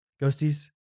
Ghosties